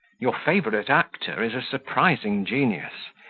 your favourite actor is a surprising genius.